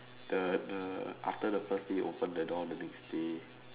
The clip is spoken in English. the the after the first day open the door the next day